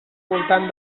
voltant